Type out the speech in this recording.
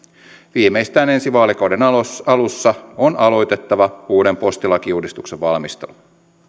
viimeistään ensi vaalikauden alussa on aloitettava uuden postilakiuudistuksen valmistelu